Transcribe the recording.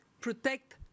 protect